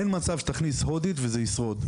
אין מצב שתכניס הודית וזה ישרוד,